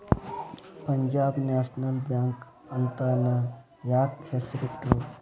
Punjab national bank ಅಂತನ ಯಾಕ್ ಹೆಸ್ರಿಟ್ರು?